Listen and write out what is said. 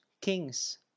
kings